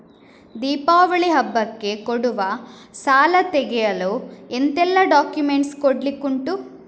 ದೀಪಾವಳಿ ಹಬ್ಬಕ್ಕೆ ಕೊಡುವ ಸಾಲ ತೆಗೆಯಲು ಎಂತೆಲ್ಲಾ ಡಾಕ್ಯುಮೆಂಟ್ಸ್ ಕೊಡ್ಲಿಕುಂಟು?